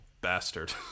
bastard